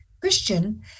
Christian